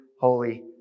holy